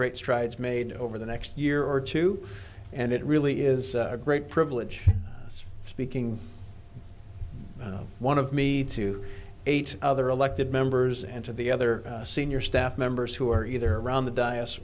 great strides made over the next year or two and it really is a great privilege speaking one of me to eight other elected members and to the other senior staff members who are either around the di